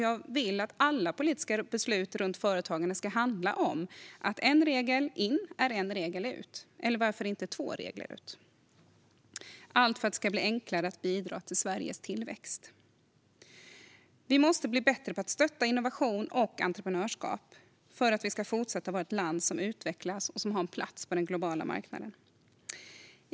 Jag vill att alla politiska beslut runt företagandet ska handla om att en regel in är en regel ut, eller varför inte två regler ut, allt för att det ska bli enklare att bidra till Sveriges tillväxt. Vi måste bli bättre på att stötta innovation och entreprenörskap för att vi ska fortsätta vara ett land som utvecklas och som har en plats på den globala marknaden.